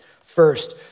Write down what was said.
First